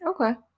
Okay